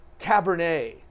Cabernet